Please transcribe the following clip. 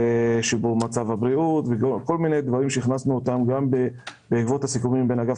שיפור מצב הבריאות וכל מיני נושאים שהכנסנו בעקבות הסיכומים בין אגף